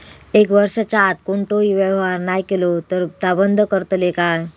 एक वर्षाच्या आत कोणतोही व्यवहार नाय केलो तर ता बंद करतले काय?